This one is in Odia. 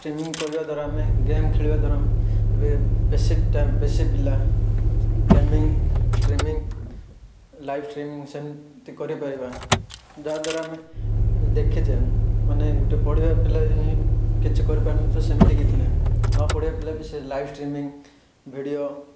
ଷ୍ଟ୍ରିମିଙ୍ଗ୍ କରିବା ଦ୍ୱାରା ଆମେ ଗେମ୍ ଖେଳିବା ଦ୍ୱାରା ଆମ ଏବେ ବେଶୀ ଟାଇମ୍ ବେଶୀ ପିଲା ଗେମିଙ୍ଗ୍ ଷ୍ଟ୍ରିମିଙ୍ଗ୍ ଲାଇଫ୍ ଷ୍ଟ୍ରିମିଙ୍ଗ୍ ସେମିତି କରିପାରିବା ଯାହାଦ୍ୱାରା ଆମେ ଦେଖିଛେ ମାନେ ଗୋଟେ ପଢ଼ିବା ପିଲା ହିଁ କିଛି କରିପାରୁନଥିବ ସେମିତି କିଛି ନାହିଁ ନପଢ଼ିବା ପିଲା ବି ସେ ଲାଇଫ୍ ଷ୍ଟ୍ରିମିଙ୍ଗ୍ ଭିଡ଼ିଓ